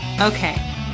Okay